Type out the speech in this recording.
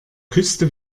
küste